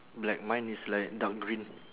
black mine is like dark green